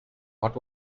what